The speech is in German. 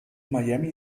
miami